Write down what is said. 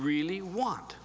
really want